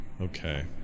okay